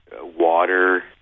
water